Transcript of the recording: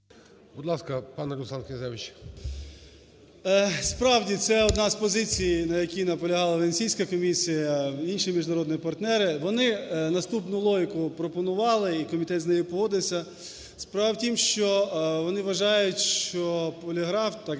Будь ласка, пане Руслан Князевич. 13:58:08 КНЯЗЕВИЧ Р.П. Справді, це одна з позицій, на якій наполягала Венеційська комісія, інші міжнародні партнери, вони наступну логіку пропонували, і комітет з нею погодився. Справа в тім, що вони вважають, що поліграф чи так